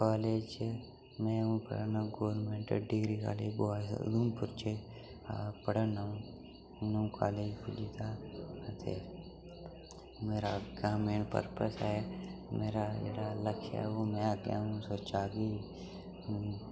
college में हून पढ़ा ना government degree college boy Udhampur च पढ़ाना अ'ऊं ते हून अ'ऊं कॉलेज पुज्जी दा ते मेरा अग्गें मेन परपस ऐ मेरा जेह्ड़ा लक्ष्य ऐ में अग्गें हून सोचे दा कि